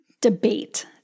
debate